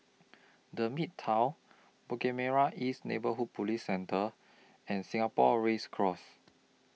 The Midtown Bukit Merah East Neighbourhood Police Centre and Singapore Race Course